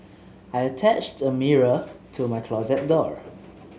I attached a mirror to my closet door